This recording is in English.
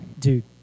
dude